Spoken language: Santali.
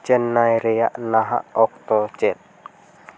ᱪᱮᱱᱱᱟᱭ ᱨᱮᱭᱟᱜ ᱱᱟᱦᱟᱜ ᱚᱠᱛᱚ ᱪᱮᱫ